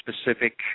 specific